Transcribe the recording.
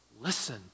listen